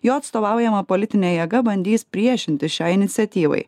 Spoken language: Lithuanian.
jo atstovaujama politinė jėga bandys priešintis šiai iniciatyvai